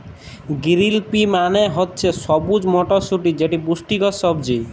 গিরিল pea মালে হছে সবুজ মটরশুঁটি যেট পুষ্টিকর সবজি